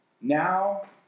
Now